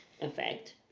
effect